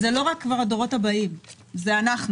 זה חא רק הדורות הבאים, זה אנחנו.